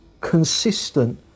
consistent